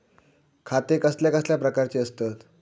खाते कसल्या कसल्या प्रकारची असतत?